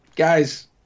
guys